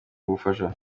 ubufasha